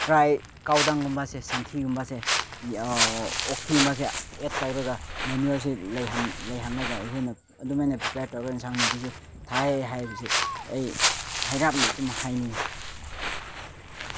dry ꯀꯥꯎꯗꯪꯒꯨꯝꯕꯁꯦ ꯁꯟꯊꯤꯒꯨꯝꯕꯁꯦ ꯑꯣꯛꯊꯤꯒꯨꯝꯕꯁꯦ ꯑꯦꯗ ꯇꯧꯔꯒ ꯃꯦꯅꯨꯌꯥꯔꯁꯦ ꯂꯩꯍꯟ ꯂꯩꯍꯟꯂꯒ ꯑꯩꯈꯣꯏꯅ ꯑꯗꯨꯃꯥꯏꯅ ꯄ꯭ꯔꯤꯄꯦꯌꯔ ꯇꯧꯔꯒ ꯑꯦꯟꯁꯥꯡ ꯅꯥꯄꯤꯁꯦ ꯊꯥꯏ ꯍꯥꯏꯕꯁꯤ ꯑꯩ ꯍꯥꯏꯔꯄꯅ ꯑꯗꯨꯝ ꯍꯥꯏꯅꯤꯡꯉꯤ